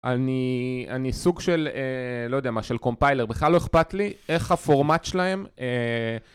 אני אני סוג של לא יודע מה של קומפיילר בכלל לא אכפת לי איך הפורמט שלהם